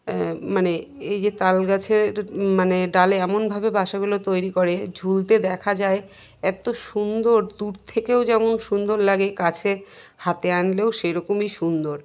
মানে এই যে তালগাছের মানে ডালে এমনভাবে বাসাগুলো তৈরি করে ঝুলতে দেখা যায় এত সুন্দর দূর থেকেও যেমন সুন্দর লাগে কাছে হাতে আনলেও সেরকমই সুন্দর